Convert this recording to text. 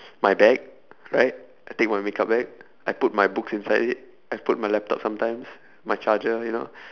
my bag right I take my makeup bag I put my books inside it I put my laptop sometimes my charger you know